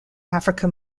africa